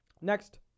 Next